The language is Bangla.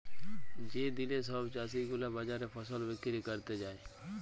যে দিলে সব চাষী গুলা বাজারে ফসল বিক্রি ক্যরতে যায়